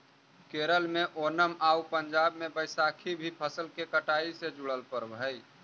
केरल में ओनम आउ पंजाब में बैसाखी भी फसल के कटाई से जुड़ल पर्व हइ